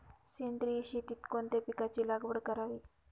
सेंद्रिय शेतीत कोणत्या पिकाची लागवड करावी?